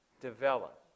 develop